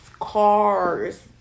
cars